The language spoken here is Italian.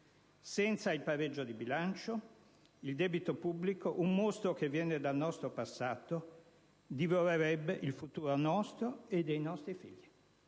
Senza il pareggio di bilancio, il debito pubblico, un mostro che viene dal nostro passato, divorerebbe il futuro nostro e dei nostri figli.